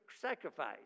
sacrifice